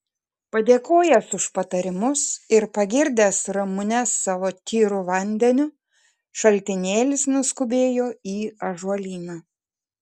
padėkojęs už patarimus ir pagirdęs ramunes savo tyru vandeniu šaltinėlis nuskubėjo į ąžuolyną